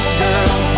girl